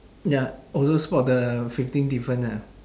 ya also spot the fifteen different ah